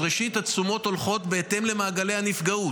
אז ראשית, התשומות הולכות בהתאם למעגלי הפגיעה.